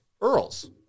Earl's